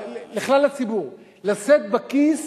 לכלל הציבור, לשאת בכיס